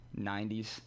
90s